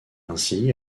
ainsi